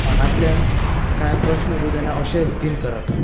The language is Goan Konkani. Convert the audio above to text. मनांतल्यान कांय प्रस्न उरूंक जायना अशें रितीन करप